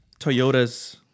toyotas